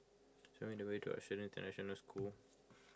show me the way to Australian International School